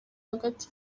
hagati